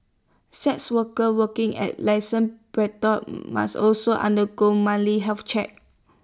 sex workers working at licensed brothels must also undergo monthly health checks